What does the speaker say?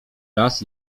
raz